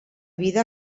vida